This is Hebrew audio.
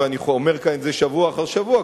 ואני אומר כאן את זה שבוע אחר שבוע,